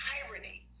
irony